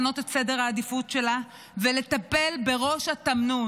ממשלת ישראל חייבת לשנות את סדר העדיפויות שלה ולטפל בראש התמנון.